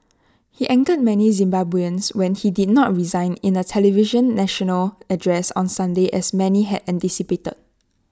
he angered many Zimbabweans when he did not resign in A televised national address on Sunday as many had anticipated